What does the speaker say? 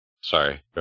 Sorry